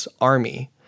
army